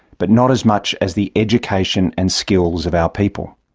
but not as much as the education and skills of our people.